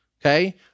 Okay